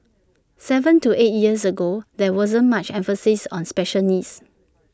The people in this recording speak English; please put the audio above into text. Seven to eight years ago there wasn't much emphasis on special needs